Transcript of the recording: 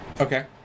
Okay